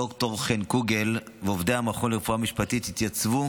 ד"ר חן קוגל ועובדי המכון לרפואה משפטית התייצבו